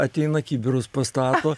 ateina kibirus pastato